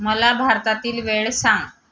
मला भारतातील वेळ सांग